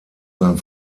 sein